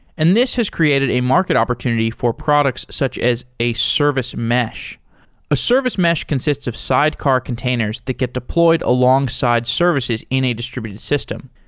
and this has created a market opportunity for products such as a service mesh a service mesh consists of sidecar containers that get deployed alongside services in a distributed system.